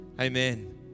Amen